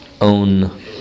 own